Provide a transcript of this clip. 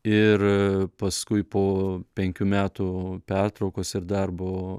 ir paskui po penkių metų pertraukos ir darbo